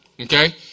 Okay